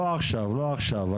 לא עכשיו.